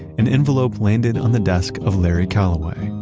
an envelope landed on the desk of larry calloway.